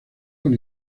con